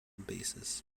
basis